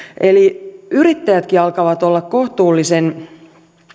eli yrittäjätkin alkavat olla kohtuullisen